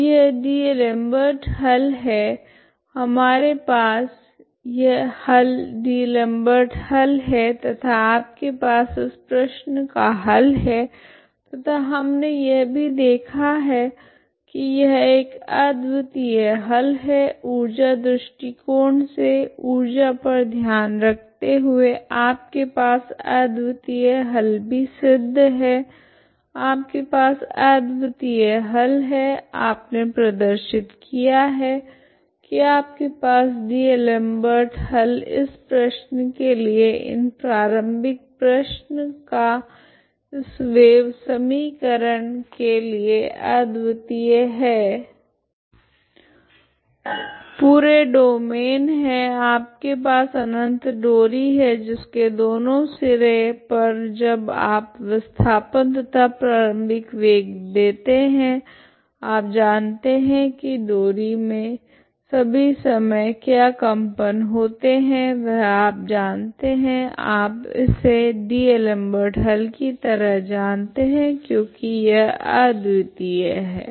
तो यह डी'एलमबर्ट हल है हमारे पास हल डी'एलमबर्ट हल है तथा आपके पास इस प्रश्न का हल है तथा हमने यह भी देखा है की यह एक अद्वितीय हल है ऊर्जा दृष्टिकोण से ऊर्जा पर ध्यान रखते हुए आपके पास अद्वितीय हल भी सिद्ध है आपके पास अद्वितीय हल है आपने प्रदर्शित किया है की आपके पास डी'एलमबर्ट हल इस प्रश्न के लिए इन प्रारम्भिक प्रश्न का इस वेव समीकरण के लिए अद्वितीय है पूरे डोमैन है आपके पास अनंत डोरी है जिसके दोनों सिरे पर जब आप विस्थापन तथा प्रारम्भिक वेग देते है आप जानते है की डोरी मे सभी समय क्या कंपन होते है वह आप जानते है आप इसे डी'एलमबर्ट हल की तरह जानते है क्योकि यह अद्वितीय है